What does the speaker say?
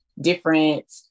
different